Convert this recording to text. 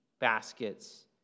baskets